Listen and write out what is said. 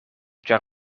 ĉar